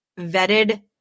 vetted